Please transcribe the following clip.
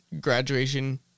graduation